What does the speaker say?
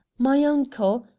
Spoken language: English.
my uncle,